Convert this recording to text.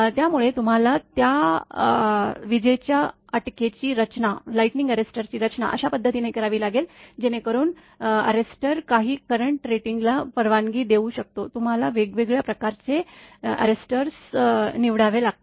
त्यामुळे तुम्हाला त्या विजेच्या अटकेची रचना अशा पद्धतीने करावी लागेल जेणेकरून अटक करणारा काही करंट रेटिंगला परवानगी देऊ शकतो तुम्हाला वेगवेगळ्या प्रकारचे अटक कर्ते निवडावे लागतात